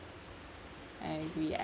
I agree I